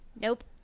Nope